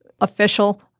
official